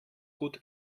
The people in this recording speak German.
gut